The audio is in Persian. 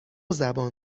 زبان